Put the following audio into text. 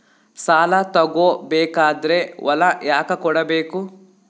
ಸಾಲ ತಗೋ ಬೇಕಾದ್ರೆ ಹೊಲ ಯಾಕ ಕೊಡಬೇಕು?